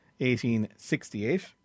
1868